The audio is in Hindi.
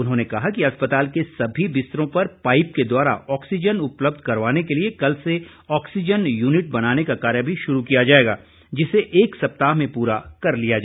उन्होंने कहा कि अस्पताल के सभी बिस्तरों पर पाइप के द्वारा ऑक्सीज़न उपलब्ध करवाने के लिए कल से ऑक्सीज़न युनिट बनाने का कार्य भी शुरू किया जाएगा जिसे एक सप्ताह में पूरा कर लिया जाएगा